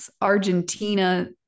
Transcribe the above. Argentina